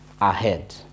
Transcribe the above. ahead